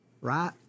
right